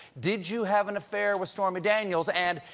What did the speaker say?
did you have an affair with stormy daniels? and,